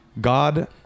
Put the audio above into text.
God